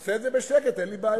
תעשה את זה בשקט, אין לי בעיה.